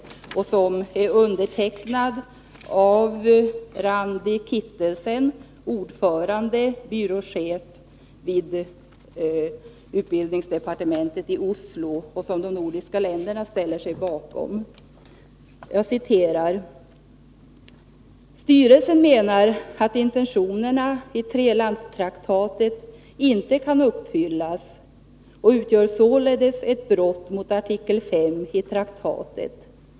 I skrivelsen, som är undertecknad av Randi Kittelsen, ordförande i styrelsen för Nordkalottens AMU-center och byråchef vid utbildningsdepartementet i Oslo, och som de nordiska länderna ställer sig bakom, sägs: ”Styrelsen menar att intentionerna i trelandstraktatet inte kan uppfyllas och utgör således ett brott mot artikel 5 i traktatet.